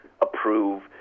approve